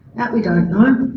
that we don't know.